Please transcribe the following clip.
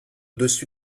dessus